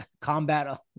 combat